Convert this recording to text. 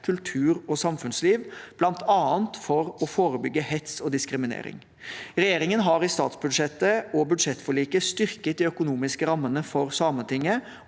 kultur og samfunnsliv, bl.a. for å forebygge hets og diskriminering. Regjeringen har i statsbudsjettet og budsjettforliket styrket de økonomiske rammene for Sametinget